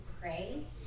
pray